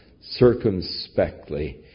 circumspectly